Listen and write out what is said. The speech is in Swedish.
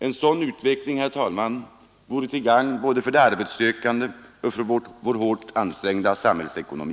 En sådan utveckling, herr talman, vore till gagn både för de arbetssökande och för vår hårt ansträngda samhällsekonomi.